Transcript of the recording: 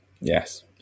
Yes